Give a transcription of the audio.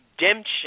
redemption